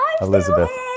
Elizabeth